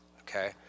okay